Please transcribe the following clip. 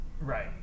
Right